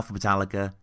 Metallica